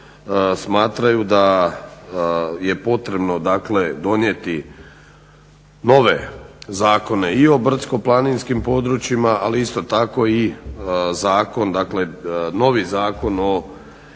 smatraju da je potrebno dakle donijeti nove zakone i o brdsko-planinskim područjima, ali isto tako i novi Zakon o